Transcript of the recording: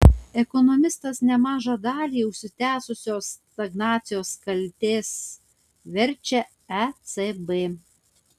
ekonomistas nemažą dalį užsitęsusios stagnacijos kaltės verčia ecb